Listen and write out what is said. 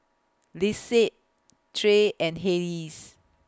Lisette Trey and Hayes